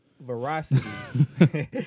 veracity